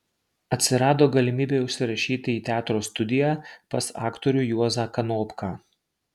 atsirado galimybė užsirašyti į teatro studiją pas aktorių juozą kanopką